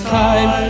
time